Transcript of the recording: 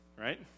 Right